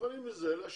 מזה אתם יכולים להשיב.